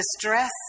distress